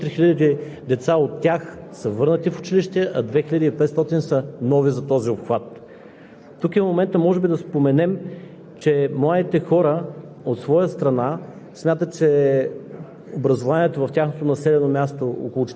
Ефектът от тези 1300 екипа са вече 6500 млади хора и деца, които са върнати в училище. Нещо много интересно се посочва в Доклада – че от тях 4000 деца са върнати в училище, а 2500 са нови за този обхват.